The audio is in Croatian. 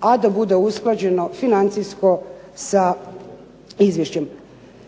a da bude usklađeno financijsko sa izvješćem.